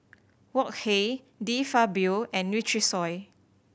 Wok Hey De Fabio and Nutrisoy